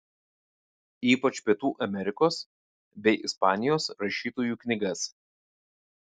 ypač pietų amerikos bei ispanijos rašytojų knygas